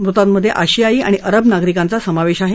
मृतांमधे आशियाई आणि अरब नागरिकांचा समावेश आहे